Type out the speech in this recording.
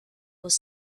was